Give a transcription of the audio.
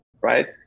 right